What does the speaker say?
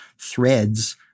threads